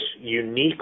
unique